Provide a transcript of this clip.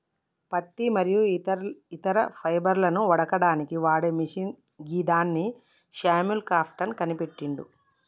పత్తి మరియు వేరే ఇతర ఫైబర్లను వడకడానికి వాడే మిషిన్ గిదాన్ని శామ్యుల్ క్రాంప్టన్ కనిపెట్టిండు